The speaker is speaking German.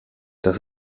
das